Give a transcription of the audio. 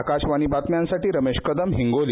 आकाशवाणी बातम्यांसाठी रमेश कदम हिंगोली